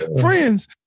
Friends